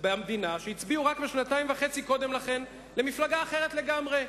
במדינה שהצביעו רק שנתיים וחצי קודם לכן למפלגה אחרת לגמרי,